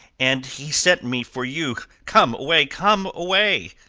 and he sent me for you. come away! come away!